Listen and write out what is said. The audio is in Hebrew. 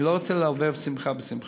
אני לא רוצה לערבב שמחה בשמחה,